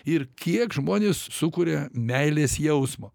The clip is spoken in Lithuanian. ir kiek žmonės sukuria meilės jausmo